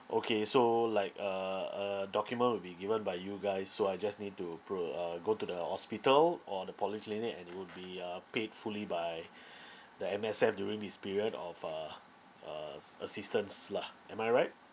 okay so like a a document will be given by you guys so I just need to pro~ uh go to the hospital or the polyclinic and it would be uh paid fully by the M_S_F during this period of uh uh s~ assistance lah am I right